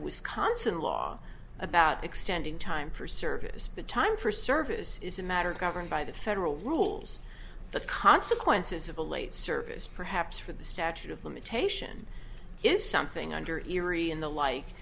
wisconsin law about extending time for service but time for service is a matter governed by the federal rules the consequences of a late service perhaps for the statute of limitation is something under erie in the like